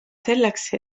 selleks